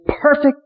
perfect